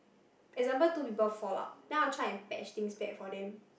example two people fallout then I will try and patch things back for them